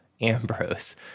Ambrose